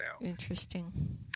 Interesting